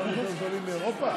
אנחנו יותר זולים מאירופה?